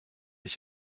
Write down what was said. ich